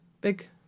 big